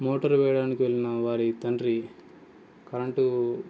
motor వెయ్యడానికి వెళ్ళిన వారి తండ్రి కరెంటు